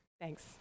Thanks